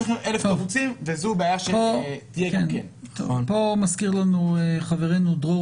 אלף --- וזאת בעיה --- פה מזכיר לנו חברנו דרור